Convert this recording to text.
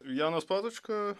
janas patočka